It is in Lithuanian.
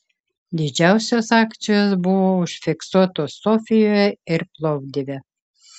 didžiausios akcijos buvo užfiksuotos sofijoje ir plovdive